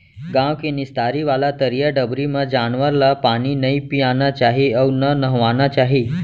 गॉँव के निस्तारी वाला तरिया डबरी म जानवर ल पानी नइ पियाना चाही अउ न नहवाना चाही